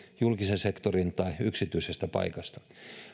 julkisen sektorin paikasta tai yksityisestä paikasta